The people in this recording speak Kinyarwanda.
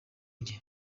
jye